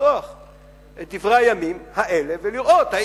לפתוח את דברי הימים האלה ולראות אם